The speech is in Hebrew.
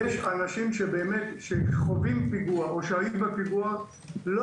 יש אנשים שחווים פיגוע או שהיו בפיגוע ולא